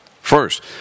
First